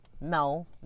No